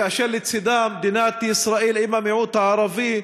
כאשר לצדה מדינת ישראל עם המיעוט הערבי,